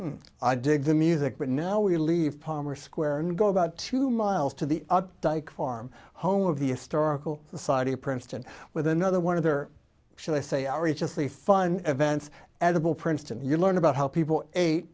today i dig the music but now we leave palmer square and go about two miles to the dike farm home of the historical society of princeton with another one of their shall i say outrageous the fun events edible princeton you learn about how people ate